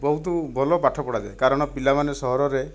ବହୁତ ଭଲ ପାଠ ପଢ଼ାଯାଏ କାରଣ ପିଲାମାନେ ସହରରେ